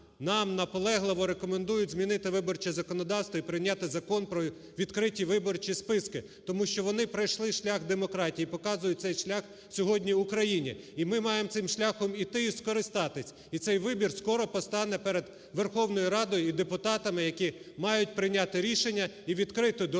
нам наполегливо рекомендують змінити виборче законодавство і прийняти Закон про відкриті виборчі списки, тому що вони пройшли шлях демократії і показують цей шлях сьогодні Україні. В ми маємо цим шляхом іти і скористатись, і цей вибір скоро постане перед Верховною Радою і депутатами, які мають прийняти рішення і відкрити дорогу